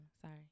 sorry